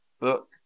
book